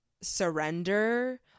surrender